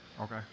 Okay